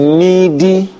needy